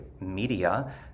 media